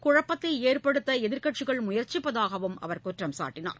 குழப்பத்தைஏற்படுத்தளதிர்க்கட்சிகள் முயற்சிப்பதாகவும் அவர் குற்றம் சாட்டினார்